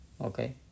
okay